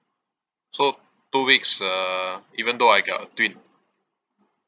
so two weeks uh even though I got a twin